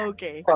Okay